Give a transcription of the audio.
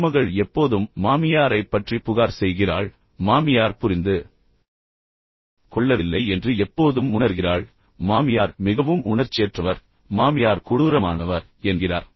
மருமகள் எப்போதும் மாமியாரைப் பற்றி புகார் செய்கிறாள் மாமியார் புரிந்து கொள்ளவில்லை என்று எப்போதும் உணர்கிறாள் மாமியார் மிகவும் உணர்ச்சியற்றவர் மாமியார் கொடூரமானவர் என்கிறார்